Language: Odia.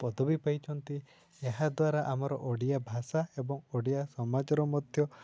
ପଦବୀ ପାଇଛନ୍ତି ଏହାଦ୍ୱାରା ଆମର ଓଡ଼ିଆଭାଷା ଏବଂ ଓଡ଼ିଆ ସମାଜର ମଧ୍ୟ